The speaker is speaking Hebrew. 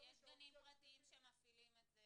אז יש גנים פרטיים שמפעילים את זה